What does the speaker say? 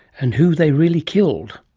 and who they really killed.